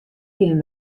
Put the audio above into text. kin